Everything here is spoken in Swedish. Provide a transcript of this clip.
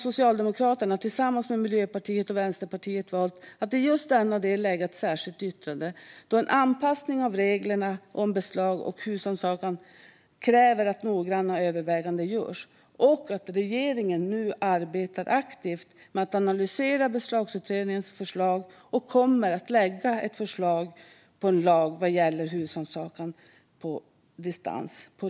Socialdemokraterna har tillsammans med Miljöpartiet och Vänsterpartiet valt att i just denna del lämna ett särskilt yttrande då en anpassning av reglerna om beslag och husrannsakan kräver att noggranna överväganden görs. Regeringen måste nu aktivt arbeta med att analysera Beslagsutredningens förslag och lägga ett lagförslag på riksdagens bord vad gäller husrannsakan på distans.